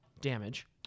damage